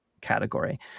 category